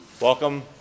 Welcome